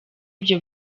ibyo